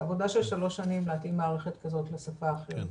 זו עבודה של שלוש שנים להתאים מערכת כזאת לשפה אחרת.